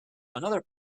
another